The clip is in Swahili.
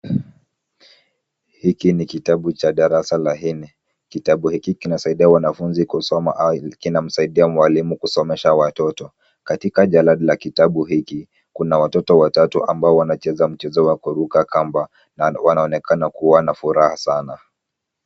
Hiki ni kitabu cha darasa la nne, kitabu hiki kinasaidia wanafunzi kusoma au, kinamsaidia mwalimu kusomesha watoto. Katika jalada la kitabu hiki, kuna watoto watatu ambao wanacheza mchezo wa kuruka kamba, na wanaonekana kuwa na furaha sana.